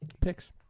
picks